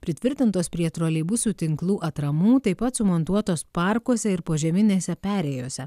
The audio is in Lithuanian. pritvirtintos prie troleibusų tinklų atramų taip pat sumontuotos parkuose ir požeminėse perėjose